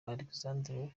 alexandre